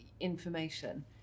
information